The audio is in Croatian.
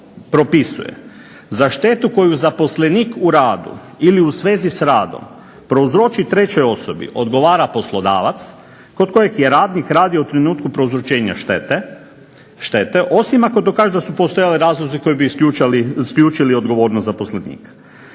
propisuje za štetu koju zaposlenik u radu ili u svezi s radom prouzroči trećoj osobi odgovara poslodavac, kod kojeg je radnik radio u trenutku prouzročenja štete, osim ako dokaže da su postojali razlozi koji bi isključili odgovornost zaposlenika.